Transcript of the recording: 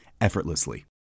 effortlessly